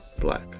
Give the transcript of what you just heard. black